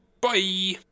bye